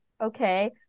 okay